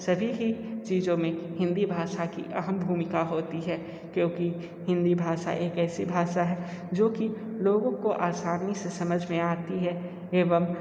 सभी ही चीजों मैं हिंदी भाषा की अहम भूमिका होती है क्योंकि हिंदी भाषा एक ऐसी भाषा है जो की लोगों को आसानी से समझ में आती है